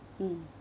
mm